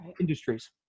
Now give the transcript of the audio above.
industries